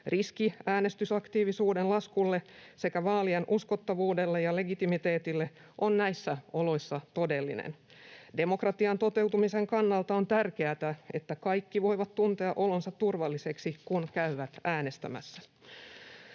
Äänestysaktiivisuuden laskun sekä vaalien uskottavuuden ja legitimiteetin riski on näissä oloissa todellinen. Demokratian toteutumisen kannalta on tärkeätä, että kaikki voivat tuntea olonsa turvalliseksi, kun käyvät äänestämässä.